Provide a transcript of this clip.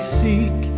seek